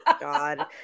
god